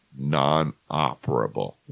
non-operable